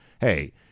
hey